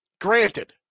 Granted